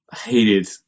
hated